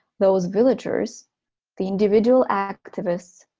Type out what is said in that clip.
those villagers the individual activists,